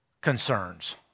concerns